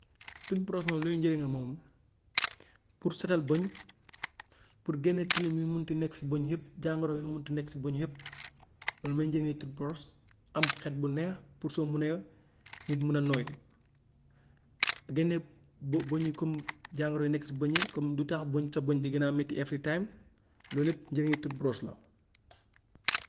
Tube brosse moom luy njëriñam moom pour setal bëñ, pour génne tilim yu mun ti nekk si bëñ yëpp, jàngoro yu mun ti nekk si bëñ yëpp loolu mooy njëriñu tube brosse, am xet bu neex pour soo munee nit mën a noyyi. Génne bë- bëñ yi comme jàngoro yi nekk si bëñ yi comme du tax bë- sa bëñ di gën a metti every time loolu yëpp njëriñu tube brosse la.